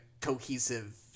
cohesive